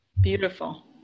Beautiful